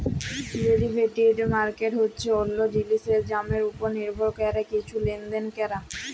derivative market হছে অল্য জিলিসের দামের উপর লির্ভর ক্যরে কিছু লেলদেল ক্যরা